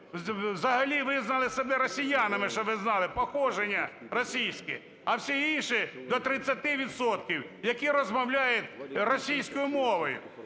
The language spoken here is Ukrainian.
взагалі визнали себе росіянами, щоб ви знали, походження російське, а всі інші, до 30 відсотків, які розмовляють російською мовою.